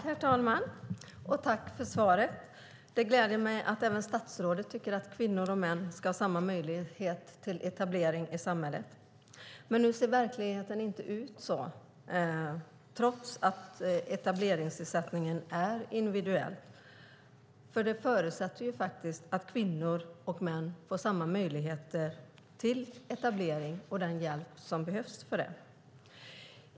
Herr talman! Tack för svaret. Det gläder mig att även statsrådet tycker att kvinnor och män ska ha samma möjlighet till etablering i samhället. Men nu ser verkligheten inte ut så trots att etableringsersättningen är individuell. Det förutsätter att kvinnor och män får samma möjligheter till etablering och den hjälp som behövs för det.